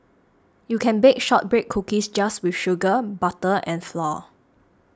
you can bake Shortbread Cookies just with sugar butter and flour